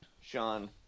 Sean